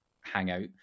hangout